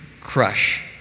crush